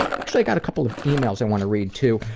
actually i got a couple of emails i want to read too.